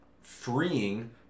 freeing